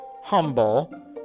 humble